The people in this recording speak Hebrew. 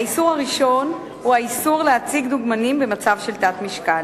האיסור הראשון הוא האיסור להציג דוגמנים במצב של תת-משקל.